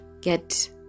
get